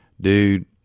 dude